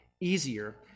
easier